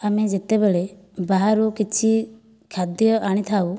ଆମେ ଯେତେବେଳେ ବାହାରୁ କିଛି ଖାଦ୍ୟ ଆଣିଥାଉ